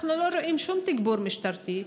אנחנו לא רואים שום תגבור משטרתי.